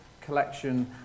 collection